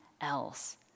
else